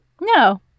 No